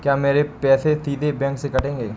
क्या मेरे पैसे सीधे बैंक से कटेंगे?